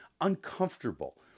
uncomfortable